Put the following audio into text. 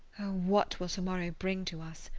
what will to-morrow bring to us?